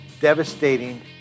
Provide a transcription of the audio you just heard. devastating